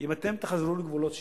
אם אתם תחזרו לגבולות 67',